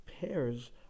pairs